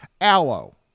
aloe